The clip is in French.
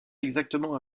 exactement